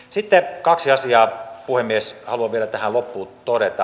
sitten kaksi asiaa puhemies haluan vielä tähän loppuun todeta